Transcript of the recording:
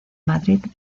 madrid